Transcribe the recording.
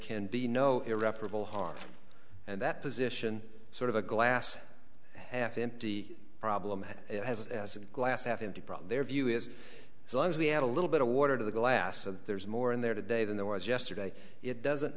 can be no irreparable harm and that position sort of a glass half empty problem it has as a glass half empty problem their view is as long as we add a little bit of water to the glass and there's more in there today than there was yesterday it doesn't